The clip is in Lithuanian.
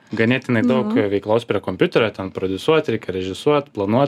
ganėtinai daug veiklos prie kompiuterio ten prodiusuot reikia režisuoti planuot